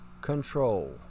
control